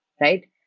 right